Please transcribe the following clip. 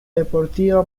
deportiva